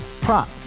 Prop